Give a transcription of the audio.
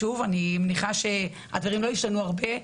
אני מניחה שהדברים לא השתנו הרבה,